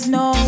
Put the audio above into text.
no